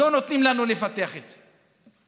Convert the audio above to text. לא נותנים לנו לפתח את זה.